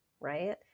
right